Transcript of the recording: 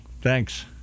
Thanks